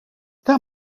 that